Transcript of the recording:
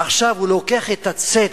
עכשיו הוא לוקח את הצדק,